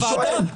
אני שואל.